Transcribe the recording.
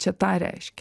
čia tą reiškia